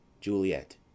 Juliet